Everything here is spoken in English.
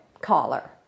collar